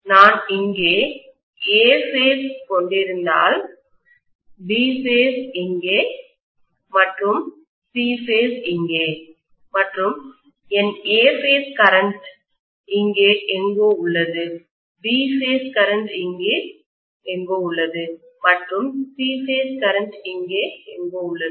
நான் இங்கே A phase கொண்டிருந்தால் B பேஸ் இங்கே மற்றும் C பேஸ் இங்கே மற்றும் என் A பேஸ் கரண்ட் இங்கே எங்கோ உள்ளது B பேஸ் கரண்ட் இங்கே எங்கோ உள்ளது மற்றும் C பேஸ் கரண்ட் இங்கே எங்கோ உள்ளது